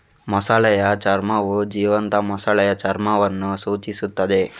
ಮೊಸಳೆಯ ಚರ್ಮವು ಜೀವಂತ ಮೊಸಳೆಯ ಚರ್ಮವನ್ನು ಸೂಚಿಸುತ್ತದೆ